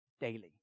daily